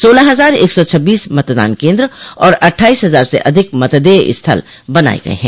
सोलह हजार एक सौ छब्बीस मतदान केन्द्र और अट्ठाईस हजार से अधिक मतदेय स्थल बनाये गये हैं